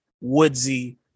woodsy